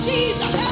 Jesus